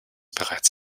bereits